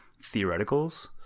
theoreticals